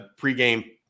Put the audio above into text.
pregame